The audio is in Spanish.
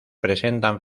presentan